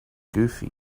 goofy